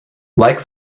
like